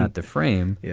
ah the frame. yeah